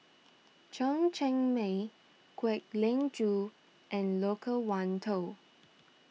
Chen Cheng Mei Kwek Leng Joo and Loke Wan Tho